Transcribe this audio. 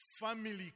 family